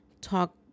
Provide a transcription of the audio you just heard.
talk